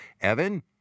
Evan